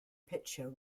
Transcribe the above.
picture